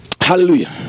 Hallelujah